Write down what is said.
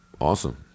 Awesome